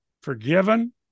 forgiven